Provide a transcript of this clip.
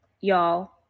Y'all